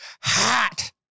hot